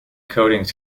coatings